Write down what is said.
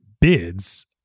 bids